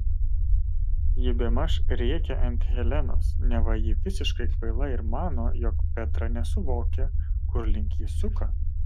ji bemaž rėkia ant helenos neva ji visiškai kvaila ir mano jog petra nesuvokia kur link ji suka